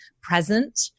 present